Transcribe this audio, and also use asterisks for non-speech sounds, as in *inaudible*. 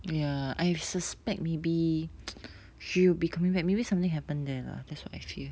ya I suspect maybe *noise* she'll be coming back maybe something happen there lah that's what I feel